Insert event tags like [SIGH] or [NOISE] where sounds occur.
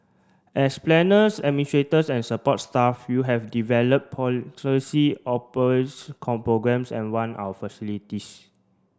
as planners administrators and support staff you have developed policy [UNINTELLIGIBLE] programmes and run our facilities